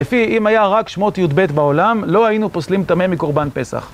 לפי אם היה רק שמות י"ב בעולם, לא היינו פוסלים טמא מקורבן פסח.